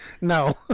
No